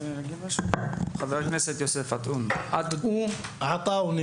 חבר הכנסת יוסף עטאונה, בבקשה.